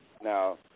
Now